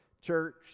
church